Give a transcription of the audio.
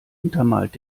untermalt